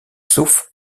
sauf